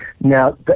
Now